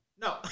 No